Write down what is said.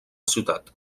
ciutat